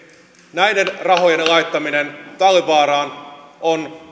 näiden rahojen laittaminen talvivaaraan on